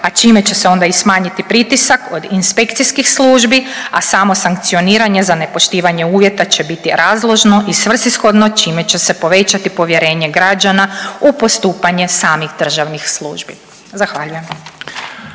a čime će se onda smanjiti pritisak od inspekcijskih službi, a samo sankcioniranje za nepoštivanje uvjeta će biti razložno i svrsishodno čime će se povećati povjerenje građana u postupanje samih državnih službi. Zahvaljujem.